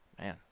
man